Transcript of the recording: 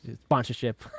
sponsorship